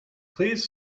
please